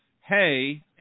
hey